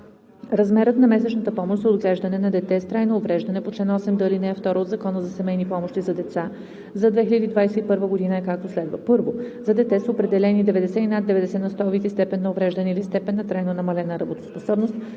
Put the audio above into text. Размерът на месечната помощ за отглеждане на дете с трайно увреждане по чл. 8д, ал. 2 от Закона за семейни помощи за деца за 2021 г. е, както следва: 1. за дете с определени 90 и над 90 на сто вид и степен на увреждане или степен на трайно намалена работоспособност